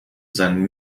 zijn